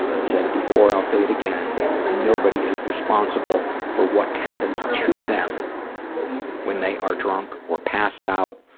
i've said it before, i'll say it again nobody is responsible for what happens to them when they are drunk, or passed out.